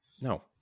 no